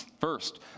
First